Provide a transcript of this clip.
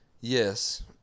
yes